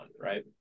right